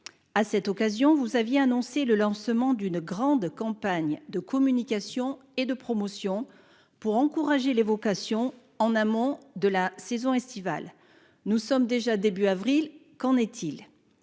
la ministre, vous aviez annoncé le lancement d'une grande campagne de communication et de promotion pour encourager les vocations en amont de la saison estivale. Nous sommes déjà début avril : qu'en est-il ?